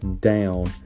down